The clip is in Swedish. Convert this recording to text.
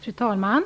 Fru talman!